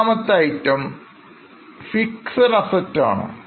ഒന്നാമത്തെ item Fixed Assetsആണ്